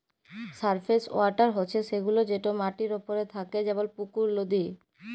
surface water হছে সেগুলা যেট মাটির উপরে থ্যাকে যেমল পুকুর, লদী